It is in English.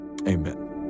Amen